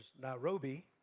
Nairobi